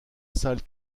salle